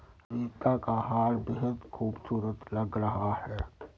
रीता का हार बेहद खूबसूरत लग रहा है